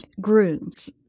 Grooms